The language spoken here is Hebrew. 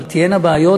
אבל תהיינה בעיות,